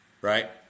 Right